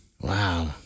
Wow